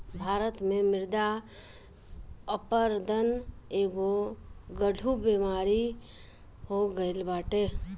भारत में मृदा अपरदन एगो गढ़ु बेमारी हो गईल बाटे